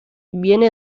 viene